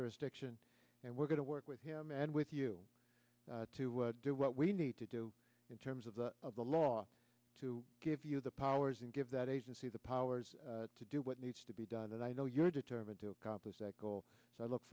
jurisdiction and we're going to work with him and with you to do what we need to do in terms of the of the law to give you the powers and give that agency the power to do what needs to be done and i know you're determined to accomplish that goal so i look